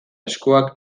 eskuak